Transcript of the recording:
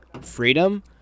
freedom